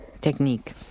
technique